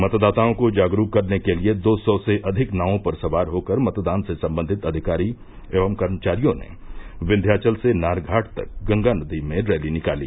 मतदाताओं को जागरूक करने के लिए दो सौ से अधिक नावों पर सवार होकर मतदान से सम्बंधित अधिकारी एवं कर्मचारियों ने विन्ध्याचल से नारघाट तक गंगा नदी में रैली निकाली